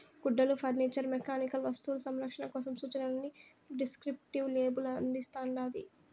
గుడ్డలు furniture mechanical వస్తువులు సంరక్షణ కోసం సూచనలని డిస్క్రిప్టివ్ లేబుల్ అందిస్తాండాది